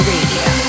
radio